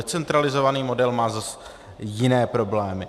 Decentralizovaný model má zas jiné problémy.